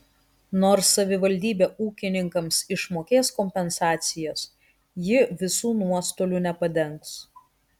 nors savivaldybė ūkininkams išmokės kompensacijas ji visų nuostolių nepadengs